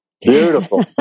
beautiful